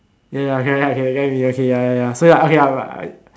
ya ya ya okay ya okay I get what you mean ya ya ya so I